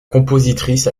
compositrice